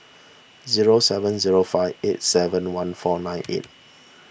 zero seven zero five eight seven one four nine eight